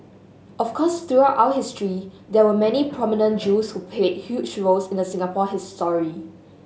of course throughout our history there were many prominent Jews who played huge roles in the Singapore history